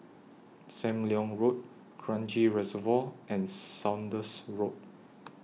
SAM Leong Road Kranji Reservoir and Saunders Road